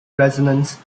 resonances